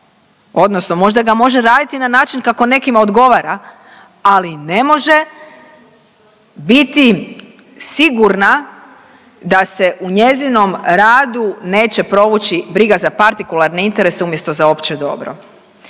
odnosno možda ga može raditi na način kako nekima odgovara, ali ne može biti sigurna da se u njezinom radu neće provući briga za partikularne interese umjesto za opće dobro.